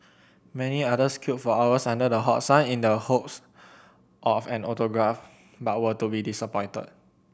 many others queued for hours under the hot sun in the hopes of an autograph but were to be disappointed